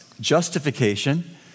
justification